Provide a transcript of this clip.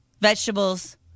vegetables